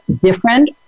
different